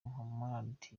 muhammad